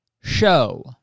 show